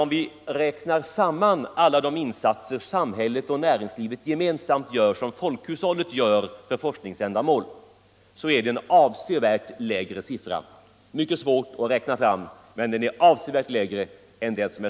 Om vi räknar samman alla de insatser staten och näringslivet gör, som alltså folkhushållet gör, för forskningsändamål, finner vi att det är en avsevärt lägre andel.